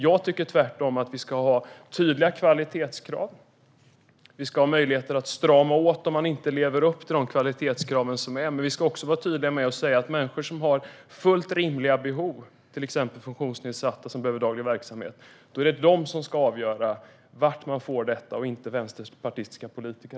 Jag tycker att vi ska ha tydliga kvalitetskrav och möjlighet att strama åt om man inte lever upp till kvalitetskraven. Men vi ska också vara tydliga med att säga att människor som har fullt rimliga behov, till exempel funktionsnedsatta som behöver daglig verksamhet, ska avgöra var de får dessa tillgodosedda, inte vänsterpartistiska politiker.